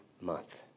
Month